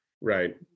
Right